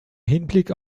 hinblick